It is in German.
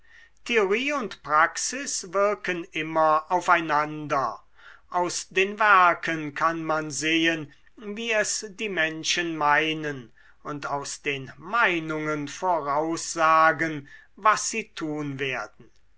theorie und praxis wirken immer auf einander aus den werken kann man sehen wie es die menschen meinen und aus den meinungen voraussagen was sie tun werden